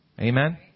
Amen